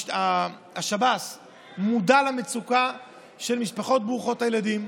השב"ס מודע למצוקה של משפחות ברוכות ילדים,